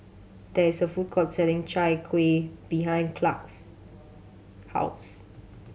there is a food court selling Chai Kueh behind Clark's house